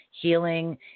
healing